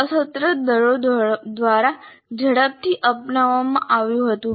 સશસ્ત્ર દળો દ્વારા ઝડપથી અપનાવવામાં આવ્યું હતું